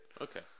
Okay